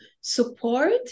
support